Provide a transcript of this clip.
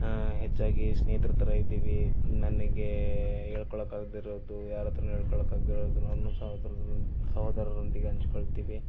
ಹೆಚ್ಚಾಗಿ ಸ್ನೇಹಿತರ ಥರ ಇದ್ದೀವಿ ನನಗೆ ಹೇಳ್ಕೊಳ್ಳೋಕ್ಕೆ ಆಗದೇ ಇರೋದು ಯಾರತ್ರನು ಹೇಳ್ಕೊಳ್ಳೋಕ್ಕೆ ಆಗದೇ ಇರೋದು ನನ್ನ ಸಹೋದರರೊಂದ್ ಸಹೋದರರೊಂದಿಗೆ ಹಂಚಿಕೊಳ್ತೀವಿ